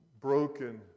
broken